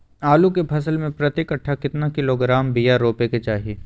आलू के फसल में प्रति कट्ठा कितना किलोग्राम बिया रोपे के चाहि?